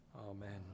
Amen